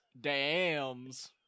dams